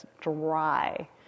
dry